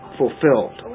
fulfilled